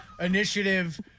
Initiative